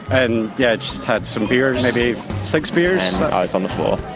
and yeah just had some beers, maybe six beers, and i was on the floor,